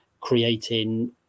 creating